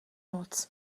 moc